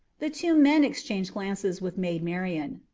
the two men exchanged glances with maid marian.